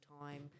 time